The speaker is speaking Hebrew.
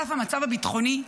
על אף המצב הביטחוני,